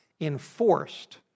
enforced